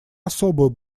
особую